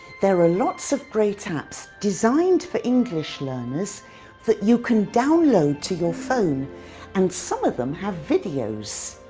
there are lots of great apps designed for english learners that you can download to your phone and some of them have videos.